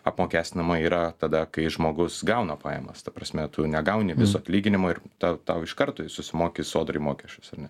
apmokestinama yra tada kai žmogus gauna pajamas ta prasme tu negauni viso atlyginimo ir tau tau iš karto susimoki sodrai mokesčius ar ne